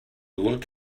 look